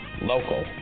local